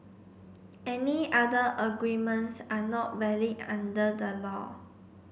any other agreements are not valid under the law